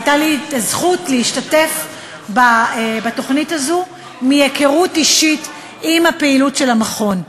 הייתה לי הזכות להשתתף בתוכנית הזו בגלל היכרות אישית של פעילות המכון.